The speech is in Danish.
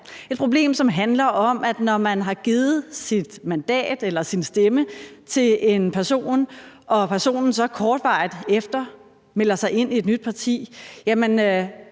et problem, som handler om, at når man har givet sit mandat eller sin stemme til en person og personen så kort efter melder sig ind i et nyt parti, har